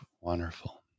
Wonderful